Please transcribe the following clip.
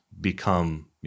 become